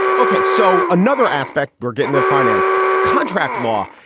ok. so another aspect we're getting that finance contract law.